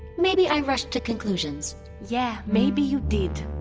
maybe i rushed to conclusions yeah, maybe you did.